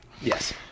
yes